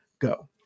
go